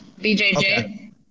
BJJ